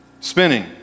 Spinning